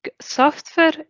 software